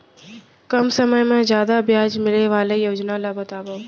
कम समय मा जादा ब्याज मिले वाले योजना ला बतावव